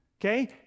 Okay